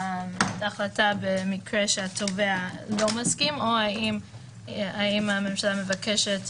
בהחלטה במקרה שהתובע לא מסכים או אם הממשלה מבקשת